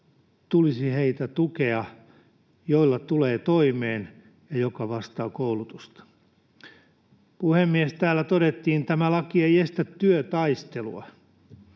korvauksella, jolla tulee toimeen ja joka vastaa koulutusta. Puhemies! Täällä todettiin, että tämä laki ei estä työtaistelua.